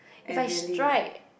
if I strike